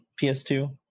PS2